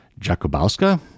Jakubowska